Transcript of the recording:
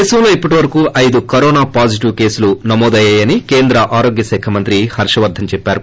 దేశంలో ఇప్పటి వరకూ ఐదు కరోనా పాజిటివ్ కేసులు నమోదయ్యాయని కేంద్ర ఆరోగ్య శాఖ మంత్రి హర్షవర్గస్ చెప్పారు